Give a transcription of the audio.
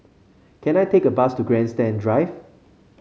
can I take a bus to Grandstand Drive